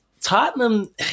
Tottenham